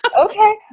okay